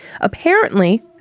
Apparently